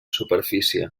superfície